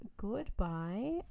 goodbye